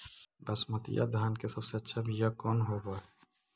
बसमतिया धान के सबसे अच्छा बीया कौन हौब हैं?